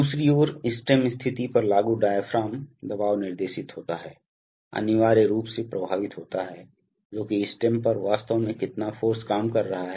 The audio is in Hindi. दूसरी ओर स्टेम स्थिति पर लागू डायाफ्राम दबाव निर्देशित होता है अनिवार्य रूप से प्रभावित होता है जोकि स्टेम पर वास्तव में कितना फ़ोर्स काम कर रहा है